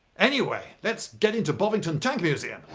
anyway, let's get into bovington tank museum.